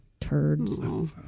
turds